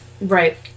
Right